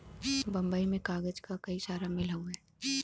बम्बई में कागज क कई सारा मिल हउवे